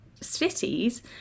cities